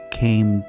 came